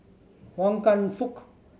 Wan Kam Fook